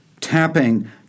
tapping